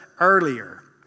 earlier